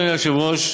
אדוני היושב-ראש,